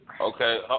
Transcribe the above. Okay